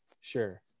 sure